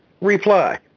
Reply